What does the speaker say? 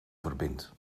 verbindt